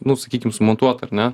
nu sakykim sumontuota ar ne